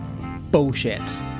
bullshit